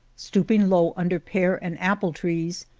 stooping low under pear and apple-trees,